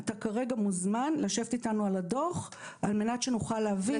אתה כרגע מוזמן לשבת איתנו על הדוח על מנת שנוכל להבין.